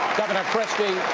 governor christie,